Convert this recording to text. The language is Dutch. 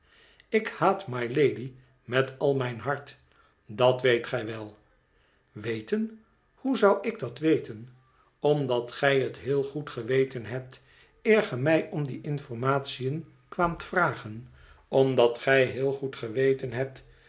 ik haat mylady met al mijn hart dat weet gij wel weten hoe zou ik dat weten omdat gij het heel goed geweten hebt eer ge mij om die informatiën kwaamt vragen omdat gij heel goed geweten hebt